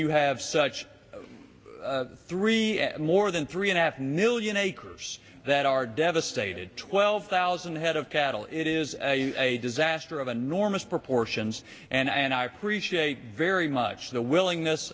you have such three more than three and a half million acres that are devastated twelve thousand head of cattle it is a disaster of enormous proportions and i and i appreciate very much the willingness